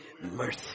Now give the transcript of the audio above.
mercy